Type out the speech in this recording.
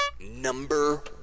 Number